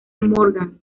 morgan